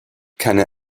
keine